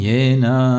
Yena